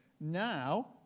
now